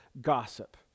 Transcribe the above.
gossip